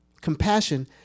compassion